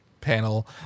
panel